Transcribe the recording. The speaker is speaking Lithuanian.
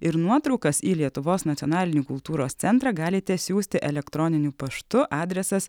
ir nuotraukas į lietuvos nacionalinį kultūros centrą galite siųsti elektroniniu paštu adresas